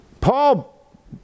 Paul